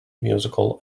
musical